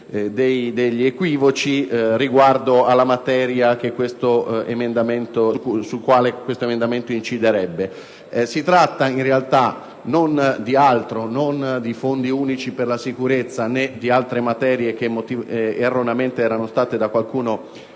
degli equivoci rispetto alla materia su cui detto emendamento inciderebbe. Si tratta in realtà non di fondi unici per la sicurezza né di altre materie che erroneamente sono state da qualcuno